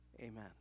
amen